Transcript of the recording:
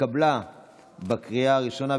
התקבלה בקריאה הראשונה,